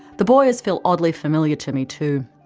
the boyers feel oddly familiar to me too.